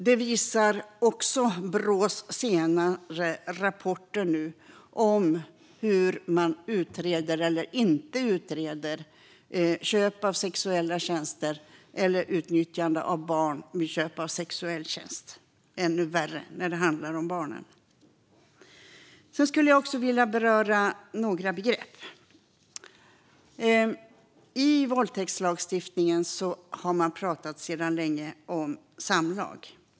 Detta visar också Brås senare rapporter om hur man utreder, eller inte utreder, köp av sexuella tjänster eller sexuellt utnyttjande av barn - ännu värre när det handlar om barn. Jag skulle också vilja beröra några begrepp. I våldtäktslagstiftningen har man sedan länge talat om samlag.